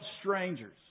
strangers